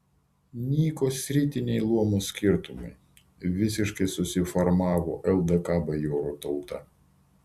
nyko sritiniai luomo skirtumai visiškai susiformavo ldk bajorų tauta